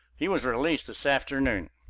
he was released this afternoon.